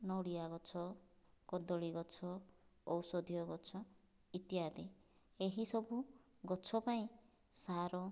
ନଡ଼ିଆ ଗଛ କଦଳୀ ଗଛ ଔଷଧୀୟ ଗଛ ଇତ୍ୟାଦି ଏହିସବୁ ଗଛ ପାଇଁ ସାର